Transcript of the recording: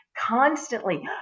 Constantly